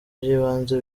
by’ibanze